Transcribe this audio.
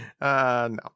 no